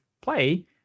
play